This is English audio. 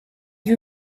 you